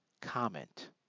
comment